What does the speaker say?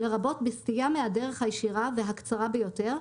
לרבות בסטייה מהדרך הישירה והקצרה ביותר,